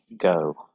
go